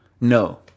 No